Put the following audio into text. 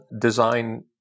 design